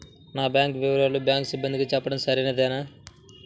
నా బ్యాంకు వివరాలను బ్యాంకు సిబ్బందికి చెప్పడం సరైందేనా?